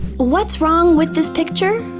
what's wrong with this picture?